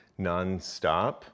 nonstop